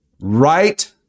right